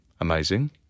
Amazing